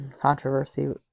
controversy